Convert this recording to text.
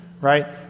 right